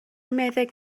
meddyg